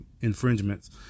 infringements